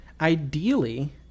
Ideally